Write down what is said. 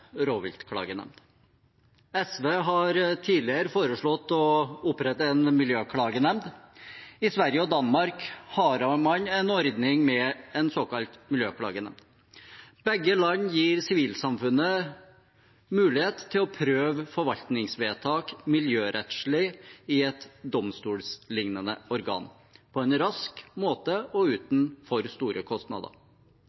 rovviltklagenemnd. SV har tidligere foreslått å opprette en miljøklagenemnd. I Sverige og Danmark har man en ordning med en såkalt miljøklagenemnd. Begge land gir sivilsamfunnet mulighet til å prøve forvaltningsvedtak miljørettslig i et domstollignende organ, på en rask måte og uten